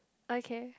okay